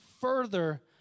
further